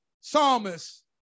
psalmist